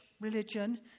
religion